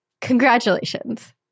Congratulations